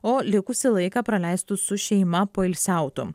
o likusį laiką praleistų su šeima poilsiautų